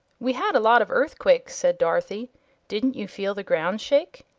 we had a lot of earthquakes, said dorothy didn't you feel the ground shake?